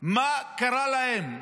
מה קרה להם,